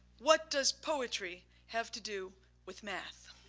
what does poetry have to do with math?